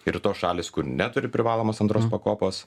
ir tos šalys kur neturi privalomos antros pakopos